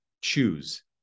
choose